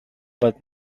but